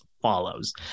follows